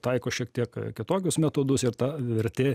taiko šiek tiek kitokius metodus ir ta vertė